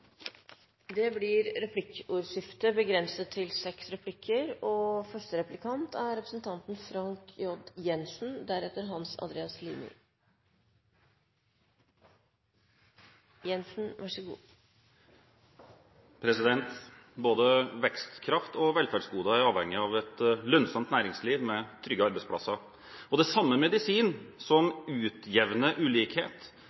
Det blir replikkordskifte. Både vekstkraft og velferdsgoder er avhengig av et lønnsomt næringsliv med trygge arbeidsplasser, og det er samme medisin